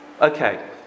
Okay